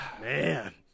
man